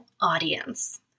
audience